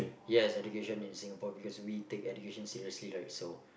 yes education in Singapore because we take education seriously right so